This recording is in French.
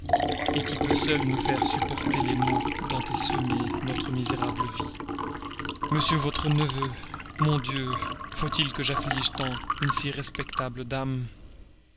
vous qui peut seule nous faire supporter les maux dont est semée notre misérable vie m votre neveu mon dieu faut-il que j'afflige tant une si respectable dame